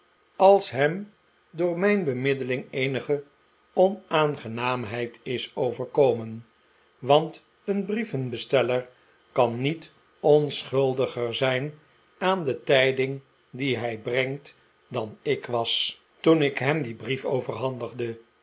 als hem door mijn bemiddeling eenige onaangenaamheid is overkomen want een brievenbesteller kan niet onschuldiger zijn aan de tijding die hij brengt dan ik was toen ik hem dien brief overhandigde